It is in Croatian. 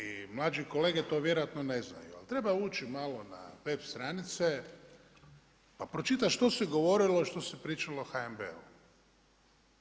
I mlađi kolege to vjerojatno ne znaju, ali treba ući malo na web stranice, pa pročitat što se govorilo, što se pričalo o HNB-u.